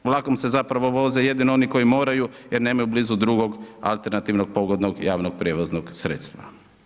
Vlakom se zapravo voze, jedino oni koji moraju, jer nemaju blizu drugog alternativnog, pogodnog i javnog prijevoznog sredstva.